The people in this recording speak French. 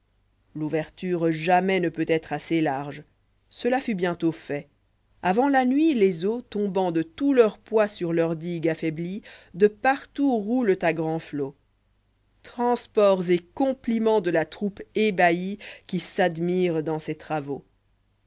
l'ouverture jamais ne peut être assez large cela fut bientôt fait avant la nuit les eaux tombant de tout leur poids sur leur digue affoiblie de partout roulent à grands flots transports et compliments de la troupe ébahie qui s'admire dans ses travaux